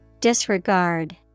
Disregard